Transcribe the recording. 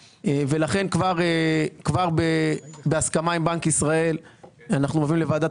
ולכן כבר בהסכמה עם בנק ישראל אנחנו השבוע מביאים לוועדת